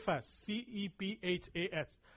C-E-P-H-A-S